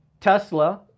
Tesla